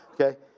okay